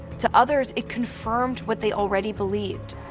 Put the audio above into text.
to others, it confirmed what they already believed,